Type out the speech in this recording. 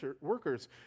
workers